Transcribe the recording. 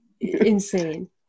insane